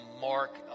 mark